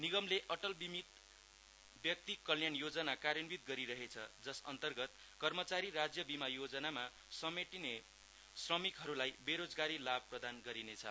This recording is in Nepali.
निगमले अटल बिमित व्यक्ति कल्याण योजना कार्यान्वित गरिरहेछ जस अन्तर्गत कमचारी राज्य बीमा योजनामा समेटिने श्रमिकहरूलाई बेरोजगारी लाभ प्रदान गरिन्छ